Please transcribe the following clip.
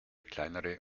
kleinere